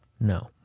No